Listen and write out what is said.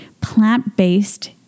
plant-based